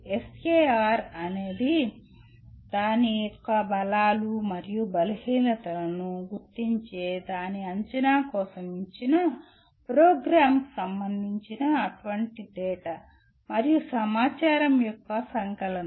SAR అనేది దాని యొక్క బలాలు మరియు బలహీనతలను గుర్తించే దాని అంచనా కోసం ఇచ్చిన ప్రోగ్రామ్కు సంబంధించిన అటువంటి డేటా మరియు సమాచారం యొక్క సంకలనం